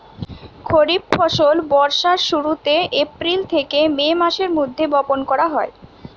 খরিফ ফসল বর্ষার শুরুতে, এপ্রিল থেকে মে মাসের মধ্যে বপন করা হয়